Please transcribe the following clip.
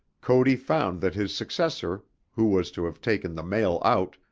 cody found that his successor who was to have taken the mail out,